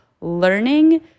learning